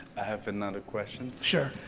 i have another question. sure.